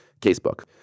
casebook